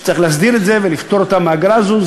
שצריך להסדיר את זה ולפטור אותם מהאגרה הזאת.